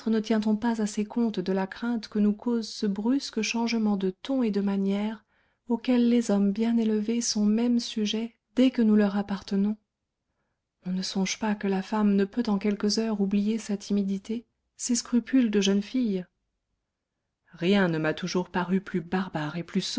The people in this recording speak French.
ne tient on pas assez compte de la crainte que nous cause ce brusque changement de ton et de manières auquel les hommes bien élevés sont même sujets dès que nous leur appartenons on ne songe pas que la jeune femme ne peut en quelques heures oublier sa timidité ses scrupules de jeune fille rien ne m'a toujours paru plus barbare et plus